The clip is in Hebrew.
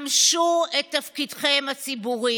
ממשו את תפקידכם הציבורי.